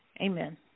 Amen